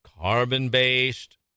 carbon-based